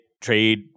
trade